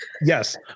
Yes